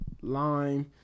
Lime